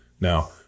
Now